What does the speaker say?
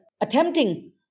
attempting